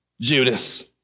Judas